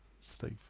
Steve